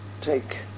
take